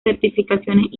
certificaciones